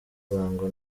kurangwa